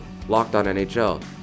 LOCKEDONNHL